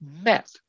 MET